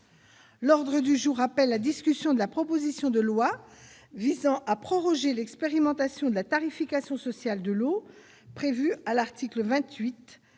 groupe socialiste et républicain, de la proposition de loi visant à proroger l'expérimentation de la tarification sociale de l'eau prévue à l'article 28